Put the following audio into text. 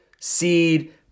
seed